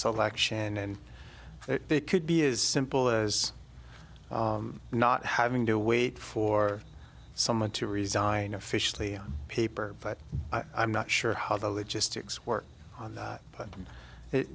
selection and it could be is simple as not having to wait for someone to resign officially on paper but i'm not sure how the logistics work on that but it